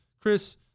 Chris